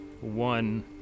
one